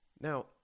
Now